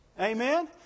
Amen